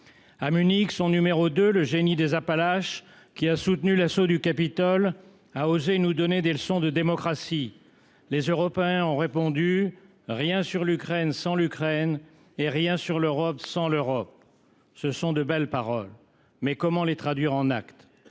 À Munich, son numéro deux, le génie des Appalaches, qui a soutenu l’assaut du Capitole, a osé nous donner des leçons de démocratie. Les Européens ont répondu :« Rien sur l’Ukraine sans l’Ukraine et rien sur l’Europe sans l’Europe. » Ce sont de belles paroles, mais comment les traduire en actes ?